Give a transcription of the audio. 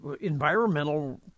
environmental